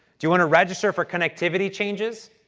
you want to register for connectivity changes?